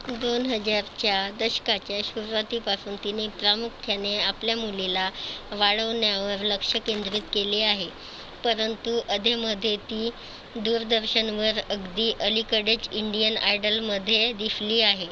दोन हजारच्या दशकाच्या सुरुवातीपासून तिने प्रामुख्याने आपल्या मुलीला वाढवण्यावर लक्ष केंद्रित केले आहे परंतु अधेमधे ती दूरदर्शनवर अगदी अलीकडेच इंडियन आयडॉलमध्ये दिसली आहे